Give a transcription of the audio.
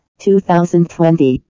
2020